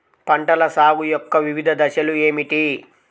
పంటల సాగు యొక్క వివిధ దశలు ఏమిటి?